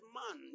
man